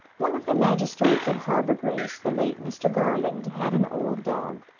one of the magistrates of harbour-grace, the late mr. garland, had an old dog,